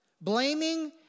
Blaming